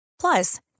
Plus